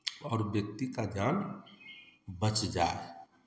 और व्यक्ति का जान बच जाए